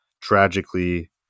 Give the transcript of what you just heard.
tragically